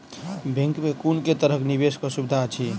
Bank मे कुन केँ तरहक निवेश कऽ सुविधा अछि?